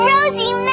Rosie